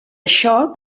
això